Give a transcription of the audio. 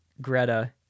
Greta